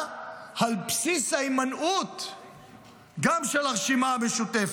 גם על בסיס ההימנעות של הרשימה המשותפת.